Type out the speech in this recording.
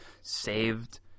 saved